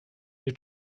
nie